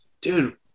Dude